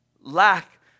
lack